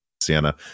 Sienna